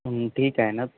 ठीक आहे ना